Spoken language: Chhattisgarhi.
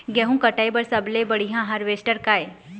गेहूं कटाई बर सबले बढ़िया हारवेस्टर का ये?